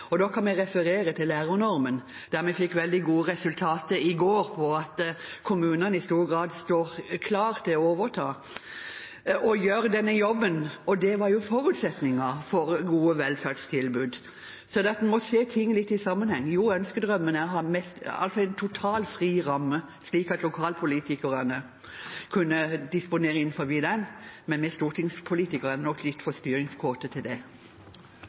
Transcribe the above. Da kan jeg referere til lærernormen, der vi fikk veldig gode resultater i går ved at kommunene i stor grad står klare til å overta og gjøre denne jobben, og det er jo forutsetningen for gode velferdstilbud. Så en må se ting litt i sammenheng. Jo, ønskedrømmen er å ha en totalt fri ramme, slik at lokalpolitikerne kunne disponere innenfor den, men vi stortingspolitikere er nok litt for styringskåte til det.